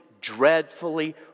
dreadfully